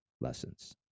lessons